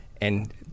and-